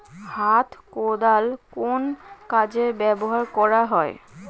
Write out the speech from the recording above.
হাত কোদাল কোন কাজে ব্যবহার করা হয়?